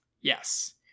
yes